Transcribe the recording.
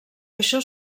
això